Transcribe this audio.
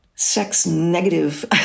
sex-negative